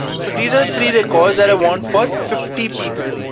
so these are three records that i want for fifty people.